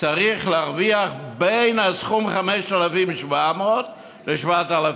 צריך להרוויח סכום של בין 5,700 ל-7,000,